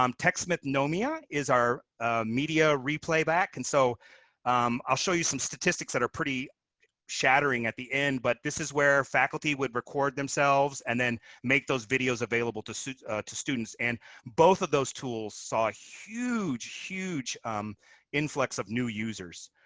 um techsmith knowmia is our media replay back. and so um i'll show you some statistics that are pretty shattering at the end. but this is where faculty would record themselves and then make those videos available to students. and both of those tools saw a huge, huge influx of new users.